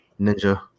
Ninja